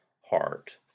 heart